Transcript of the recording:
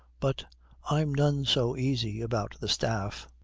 but i'm none so easy about the staff.